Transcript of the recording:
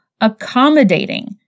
accommodating